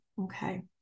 Okay